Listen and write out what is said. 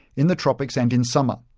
in the tropics and in summer,